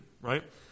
right